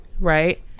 right